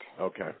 Okay